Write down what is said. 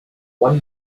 one